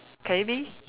can it be